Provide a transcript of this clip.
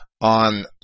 on